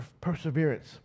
perseverance